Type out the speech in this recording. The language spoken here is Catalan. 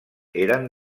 eren